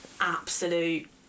absolute